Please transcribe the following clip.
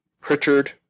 Pritchard